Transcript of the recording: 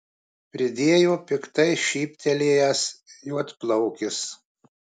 pridėjo piktai šyptelėjęs juodplaukis